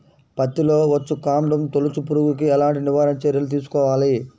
పత్తిలో వచ్చుకాండం తొలుచు పురుగుకి ఎలాంటి నివారణ చర్యలు తీసుకోవాలి?